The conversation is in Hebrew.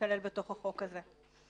להיכלל בתוך החוק הזה.